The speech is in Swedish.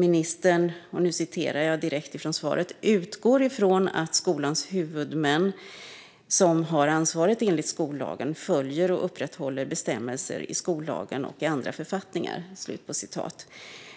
Ministern "utgår från att skolans huvudmän, som har ansvaret enligt skollagen, följer och upprätthåller bestämmelserna i skollagen och i andra författningar",